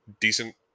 decent